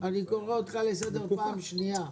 אני קורא אותך לסדר פעם שנייה.